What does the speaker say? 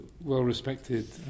well-respected